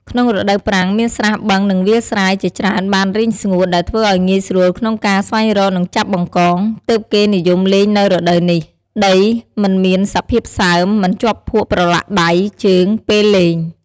ក្នុងរដូវប្រាំង មានស្រះបឹង និងវាលស្រែជាច្រើនបានរីងស្ងួត ដែលធ្វើឱ្យងាយស្រួលក្នុងការស្វែងរក និងចាប់បង្កង ទើបគេនិយមលេងនៅរដូវនេះ ដីមិនមានសភាពសើម មិនជាប់ភក់ប្រទ្បាក់ដៃ ជើង ពេលលេង។